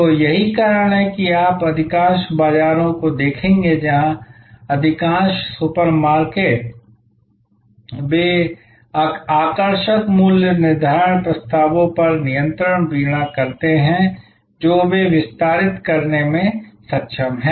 तो यही कारण है कि आप अधिकांश बाज़ारों को देखेंगे अधिकांश सुपर बाजार वे आकर्षक मूल्य निर्धारण प्रस्तावों पर निरंतर वीणा करते हैं जो वे विस्तारित करने में सक्षम हैं